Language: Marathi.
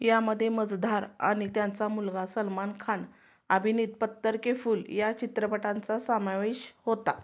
यामध्ये मझधार आणि त्यांचा मुलगा सलमान खान अभिनीत पत्थर के फूल या चित्रपटांचा समावेश होता